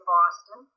Boston